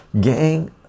gang